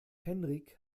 henrik